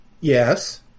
Yes